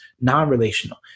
non-relational